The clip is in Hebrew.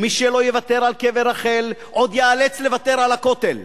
ומי שלא יוותר על קבר רחל עוד ייאלץ לוותר על הכותל.